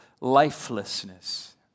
lifelessness